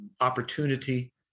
opportunity